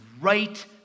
right